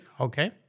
okay